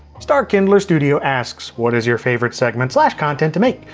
starkindler studio asks, what is your favorite segment content to make?